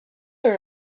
her